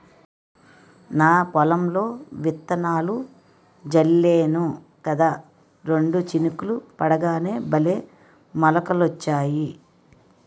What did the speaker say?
నా పొలంలో విత్తనాలు జల్లేను కదా రెండు చినుకులు పడగానే భలే మొలకలొచ్చాయి